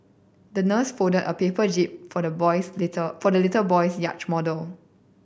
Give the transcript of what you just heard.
the nurse fold a paper jib for the boys little for the little boy's yacht model